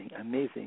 amazing